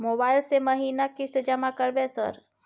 Mobile से महीना किस्त जमा करबै सर?